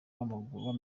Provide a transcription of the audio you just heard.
w’amagare